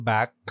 Back